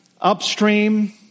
upstream